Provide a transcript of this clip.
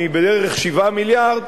מבערך 7 מיליארדים,